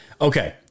Okay